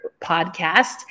podcast